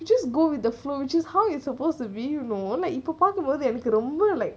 just go with the flow which is how it's supposed to be you know like இப்பபாக்கும்போதுஎனக்குரொம்ப: ippa pakkumpodhu ennakku romma like